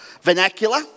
vernacular